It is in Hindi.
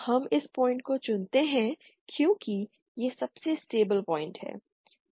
हम इस पॉइंट को चुनते हैं क्योंकि यह सबसे स्टेबल पॉइंट है